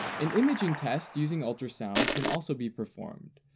an imaging test, using ultrasound, can also be performed,